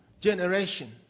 generation